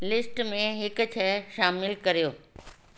list में हिकु शइ शामिलु करियो